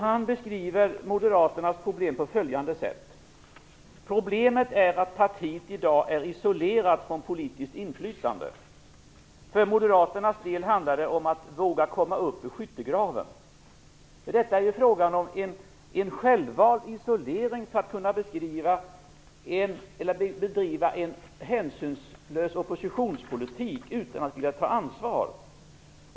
Han beskriver Moderaternas problem på följande sätt: "Problemet är att partiet i dag är isolerat från politiskt inflytande. - För moderaternas del handlar det om att våga komma upp ur skyttegraven." Det är fråga om en självvald isolering för att kunna bedriva en hänsynslös oppositionspolitik utan att vilja ta ansvar.